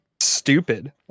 stupid